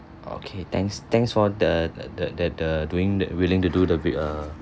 okay thanks thanks for the the the the the doing the willing to do the b~ err